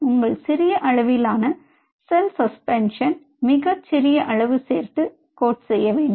உங்கள் சிறிய அளவிலான செல் சஸ்பென்ஷன் மிகச் சிறிய அளவு அதில் சேர்த்து கோட் செய்ய வேண்டும்